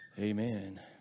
amen